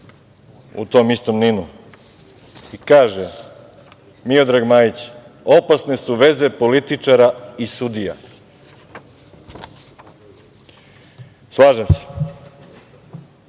u tom istom NIN-u i kaže Miodrag Majić - opasne su veze političara i sudija. Slažem se,